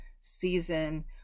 season